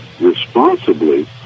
responsibly